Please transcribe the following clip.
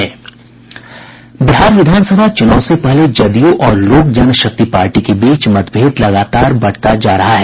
बिहार विधान सभा चुनाव से पहले जदयू और लोक जनशक्ति पार्टी के बीच मतभेद लगातार बढ़ता जा रहा है